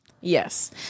Yes